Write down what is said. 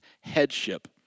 headship